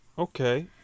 Okay